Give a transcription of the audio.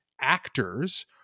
actors